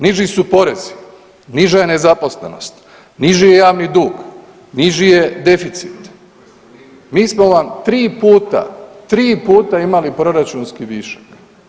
Niži su porezi, niža je nezaposlenost, niži je javni dug, niži je deficit, mi smo vam 3 puta, 3 puta imali proračunski višak.